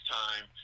time